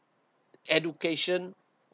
education